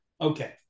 Okay